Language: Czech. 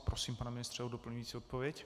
Prosím, pane ministře, o doplňující odpověď.